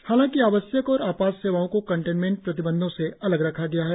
हालाकि आवश्यक और आपातसेवाओ को कंटेंनमेंट प्रतिबंधों से अलग रखा गया है